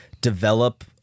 develop